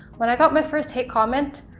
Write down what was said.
when i got my first hate comment,